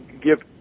give